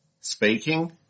speaking